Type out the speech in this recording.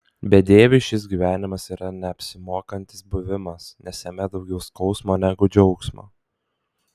bedieviui šis gyvenimas yra neapsimokantis buvimas nes jame daugiau skausmo negu džiaugsmo